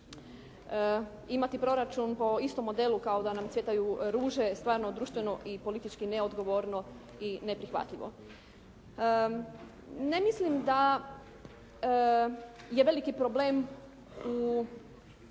Imati proračun po istom modelu kao da nam cvjetaju ruže stvarno društveno i politički neodgovorno i neprihvatljivo. Ne mislim da je veliki problem u